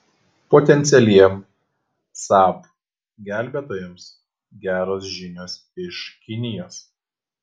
potencialiems saab gelbėtojams geros žinios iš kinijos